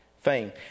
fame